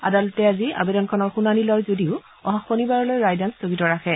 আদালতে আজি আবেদনখনৰ শুনানী লয় যদিও অহা শনিবাৰলৈ ৰায়দান স্থগিত ৰাখে